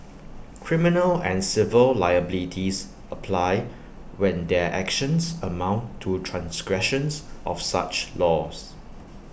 criminal and civil liabilities apply when their actions amount to transgressions of such laws